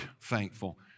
thankful